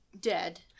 dead